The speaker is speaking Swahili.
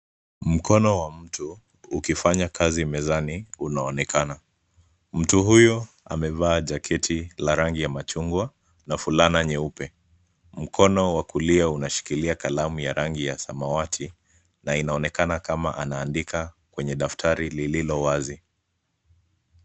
Mkono wa mtu ukifanya kazi mezani unaonekana mtu huyu amevaa jaketi la rangi ya machungwa na fulana nyeupe mkono wa kulia unashikilia kalamu ya rangi ya samawati na inaonekana kama anaandika kwenye daftari lililowazi.